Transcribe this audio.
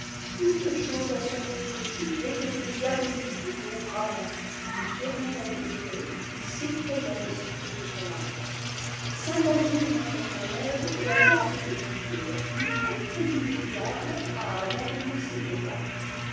toute chose a son mauvais côté dès que le diabolique et pauvre amant n'eut plus rien à désirer i s'effraydea suites de son buariage saint basi e vint son aide et à force de prières h contraignit le diable à abandonner ss droits